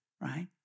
right